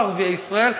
על ערביי ישראל.